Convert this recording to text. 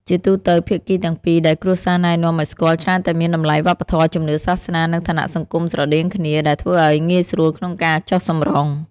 ជាទូទៅ ភាគីទាំងពីរដែលគ្រួសារណែនាំឱ្យស្គាល់ ច្រើនតែមានតម្លៃវប្បធម៌ ជំនឿសាសនា និងឋានៈសង្គមស្រដៀងគ្នា ដែលធ្វើឱ្យងាយស្រួលក្នុងការចុះសម្រុង។